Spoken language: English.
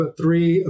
three